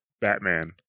Batman